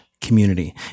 community